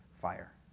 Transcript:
fire